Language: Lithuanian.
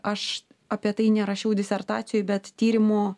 aš apie tai nerašiau disertacijoj bet tyrimo